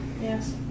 Yes